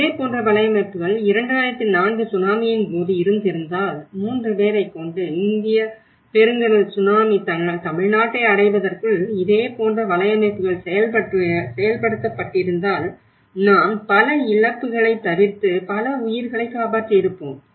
இதேபோன்ற வலையமைப்புகள் 2004 சுனாமியின் போது இருந்திருந்தால் 3 பேரை கொண்டு இந்தியப் பெருங்கடல் சுனாமி தமிழ்நாட்டை அடைவதற்குள் இதேபோன்ற வலையமைப்புகள் செயல்படுத்தப்பட்டிருந்தால் நாம் பல இழப்புகளை தவிர்த்து பல உயிர்களைக் காப்பாற்றியிருப்போம்